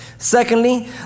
Secondly